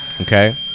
Okay